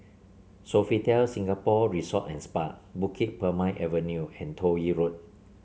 Sofitel Singapore Resort and Spa Bukit Purmei Avenue and Toh Yi Road